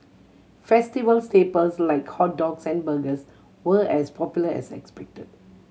festival staples like hot dogs and burgers were as popular as expected